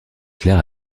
claire